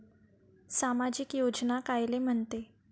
सामाजिक योजना कायले म्हंते?